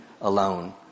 alone